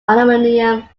aluminum